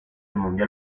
mundial